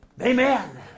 Amen